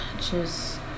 Just-